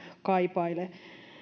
kaipaile